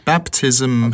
Baptism